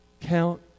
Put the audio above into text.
count